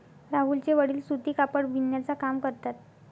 राहुलचे वडील सूती कापड बिनण्याचा काम करतात